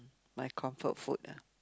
my comfort food ah